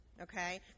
okay